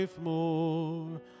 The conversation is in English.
more